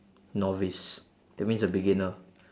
novice that means a beginner